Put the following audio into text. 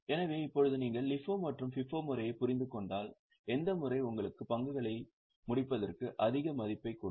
எனவே இப்போது நீங்கள் LIFO மற்றும் FIFO முறையைப் புரிந்து கொண்டால் எந்த முறை உங்களுக்கு முடிக்கும் பங்குகளுக்கு அதிக மதிப்பைக் கொடுக்கும்